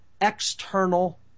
external